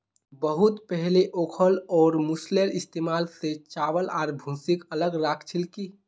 बहुत पहले ओखल और मूसलेर इस्तमाल स चावल आर भूसीक अलग राख छिल की